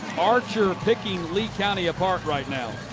archer picking lee county apart right now.